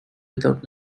without